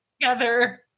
together